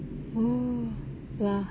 oh !wah!